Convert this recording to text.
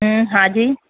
હમ્મ હા જી